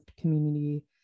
community